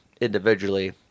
individually